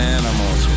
animals